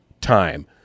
time